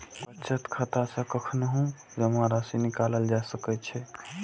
बचत खाता सं कखनहुं जमा राशि निकालल जा सकै छै